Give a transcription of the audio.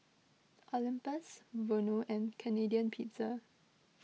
Olympus Vono and Canadian Pizza